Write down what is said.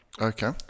okay